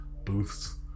booths